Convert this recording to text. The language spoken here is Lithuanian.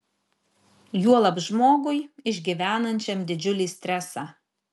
juolab žmogui išgyvenančiam didžiulį stresą